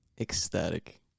Ecstatic